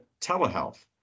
telehealth